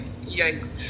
yikes